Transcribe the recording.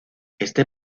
este